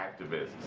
activists